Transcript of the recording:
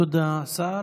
תודה לשר.